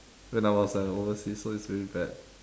when I was at overseas so it was really bad